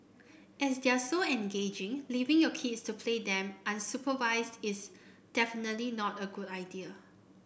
as they are so engaging leaving your kids to play them unsupervised is definitely not a good idea